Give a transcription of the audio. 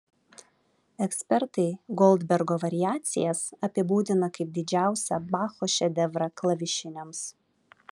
ekspertai goldbergo variacijas apibūdina kaip didžiausią bacho šedevrą klavišiniams